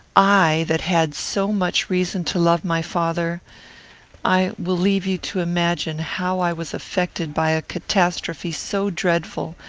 i, that had so much reason to love my father i will leave you to imagine how i was affected by a catastrophe so dreadful,